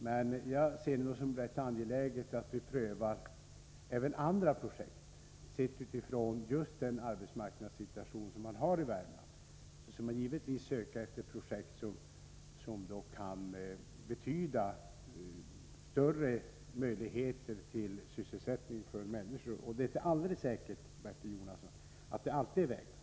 Men jag ser det som rätt angeläget att vi prövar även andra projekt. Med hänsyn till den arbetsmarknadssituation som man har i Värmland skall vi givetvis söka efter projekt som kan betyda stora möjligheter till sysselsättning för människorna. Det är inte alldeles säkert, Bertil Jonasson, att det alltid är vägbyggen.